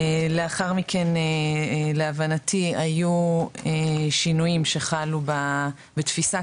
לאחר מכן להבנתי היו שינויים שחלו בתפיסת